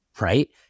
right